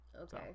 Okay